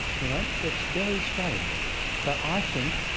you know? it's very strange but i think,